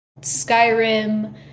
Skyrim